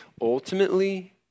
ultimately